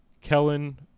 Kellen